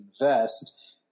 invest